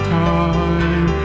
time